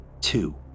two